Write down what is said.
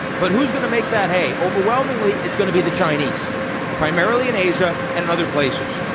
but who's going to make that hay? overwhelmingly, it's going to be the chinese primarily in asia and and other places.